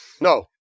No